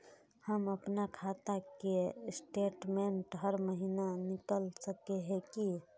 हम अपना खाता के स्टेटमेंट हर महीना निकल सके है की?